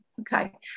Okay